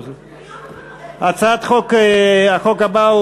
הצעת החוק הבאה,